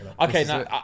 Okay